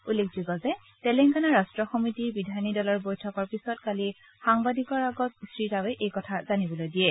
উল্লেখযোগ্য যে তেলেংগানা ৰাষ্ট্ৰ সমিতি বিধায়িনী দলৰ বৈঠকৰ পিছত কালি সাংবাদিকৰ আগত শ্ৰীৰাৱে এই কথা জানিবলৈ দিয়ে